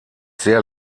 sehr